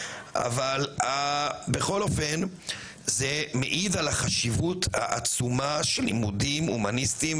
אבל בכל אופן זה מעיד על החשיבות העצומה של לימודים הומניסטיים,